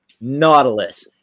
Nautilus